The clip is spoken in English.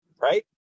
right